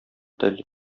тел